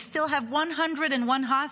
We still have 101 hostages,